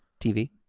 TV